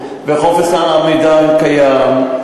וחופש המידע קיים,